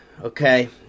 okay